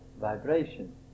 vibration